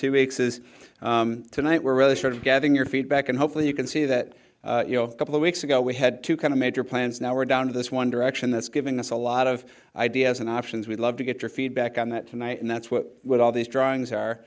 two weeks is tonight we're really sort of getting your feedback and hopefully you can see that you know couple of weeks ago we had to kind of made your plans now we're down to this one direction that's giving us a lot of ideas and options we'd love to get your feedback on that tonight and that's what with all these drawings